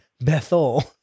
Bethel